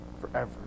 forever